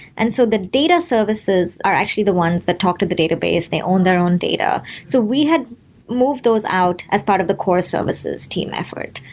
and so the data services are actually the ones that talk to the database. they own their own data. so we had moved those out as part of the core services team effort.